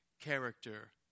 character